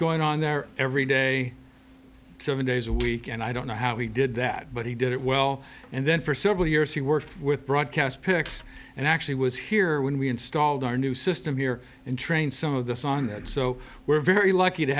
going on there every day seven days a week and i don't know how he did that but he did it well and then for several years he worked with broadcast pics and actually was here when we installed our new system here and trained some of this on that so we're very lucky to